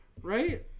right